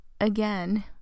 again